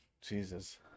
jesus